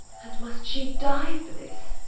and must she die for this?